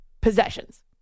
possessions